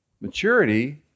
Maturity